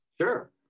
Sure